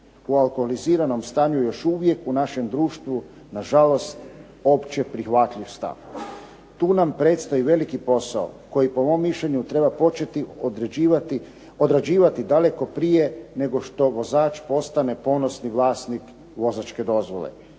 u alkoholiziranom stanju još uvijek u našem društvu nažalost opće prihvatljiv stav. Tu nam predstoji veliki posao koji po mom mišljenju treba početi odrađivati daleko prije nego što vozač postane ponosni vlasnik vozačke dozvole,